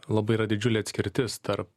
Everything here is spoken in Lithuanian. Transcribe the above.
labai yra didžiulė atskirtis tarp